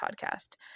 podcast